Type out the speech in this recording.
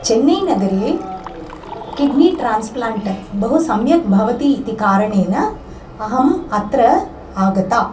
चेन्नैनगरे kidney transplant बहु सम्यक् भवति इति कारणेन अहम् अत्र आगता